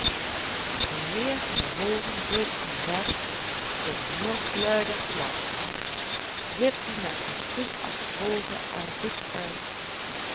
de heer van der hoogen deed zijn best om nog luider te lachen wipte met zijn stoel achterover en riep uit